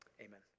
amen